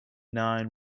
nine